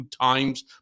times